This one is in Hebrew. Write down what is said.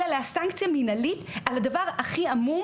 עליה סנקציה מנהלית על הדבר הכי עמום.